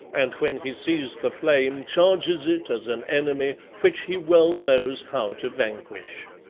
and when he sees the flame charges it as an enemy which he well knows how to vanquish.